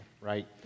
right